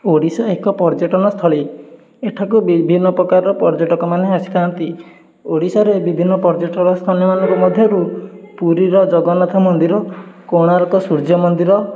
ଓଡ଼ିଶା ଏକ ପର୍ଯ୍ୟଟନ ସ୍ଥଳୀ ଏଠାକୁ ବିଭିନ୍ନ ପ୍ରକାର ପର୍ଯ୍ୟଟକମାନେ ଆସିଥାନ୍ତି ଓଡ଼ିଶାରେ ବିଭିନ୍ନ ପର୍ଯ୍ୟଟନ ସ୍ଥଳ ମଧ୍ୟରୁ ପୁରୀର ଜଗନ୍ନାଥ ମନ୍ଦିର କୋଣାର୍କ ସୂର୍ଯ୍ୟ ମନ୍ଦିର